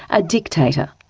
a dictator.